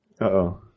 Uh-oh